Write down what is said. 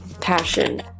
passion